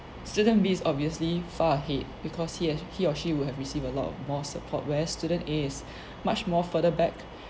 student B is obviously far ahead because he has he or she would have received a lot of more support whereas student A is much more further back